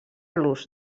los